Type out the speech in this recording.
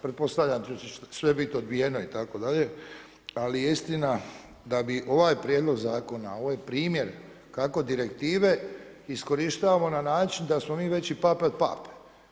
Pretpostavljam da će sve biti odbijeno itd. ali istina da bi ovaj Prijedlog zakona ovaj primjer kako direktive iskorištavamo na način da smo mi veći pape od Pape.